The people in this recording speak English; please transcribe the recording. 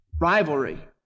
rivalry